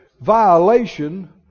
Violation